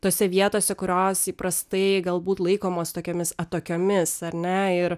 tose vietose kurios įprastai galbūt laikomos tokiomis atokiomis ar ne ir